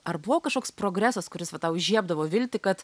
ar buvo kažkoks progresas kuris va tau įžiebdavo viltį kad